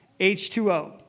H2O